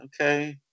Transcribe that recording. okay